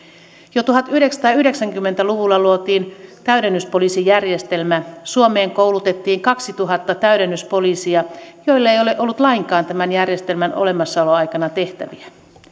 jo tuhatyhdeksänsataayhdeksänkymmentä luvulla luotiin täydennyspoliisijärjestelmä suomeen koulutettiin kaksituhatta täydennyspoliisia joille ei ole ollut lainkaan tämän järjestelmän olemassaoloaikana tehtäviä